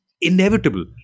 inevitable